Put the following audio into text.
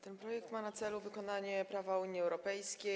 Ten projekt ma na celu wykonanie prawa Unii Europejskiej.